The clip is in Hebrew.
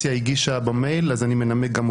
שהאופוזיציה הגישה במייל אז אני מנמק גם אותן.